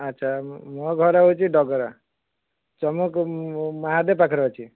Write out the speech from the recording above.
ଆଚ୍ଛା ମୋ ଘର ହେଉଛି ଡଗରା ମହାଦେବ ପାଖରେ ଅଛି